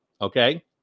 Okay